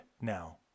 now